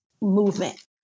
movement